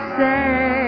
say